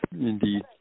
Indeed